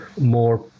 more